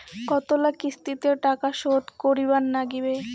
কতোলা কিস্তিতে টাকা শোধ করিবার নাগীবে?